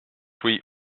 sweet